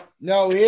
No